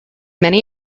many